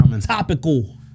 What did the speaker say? Topical